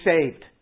saved